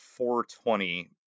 420